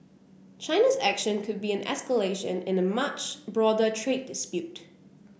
China's action could be an escalation in a much broader trade dispute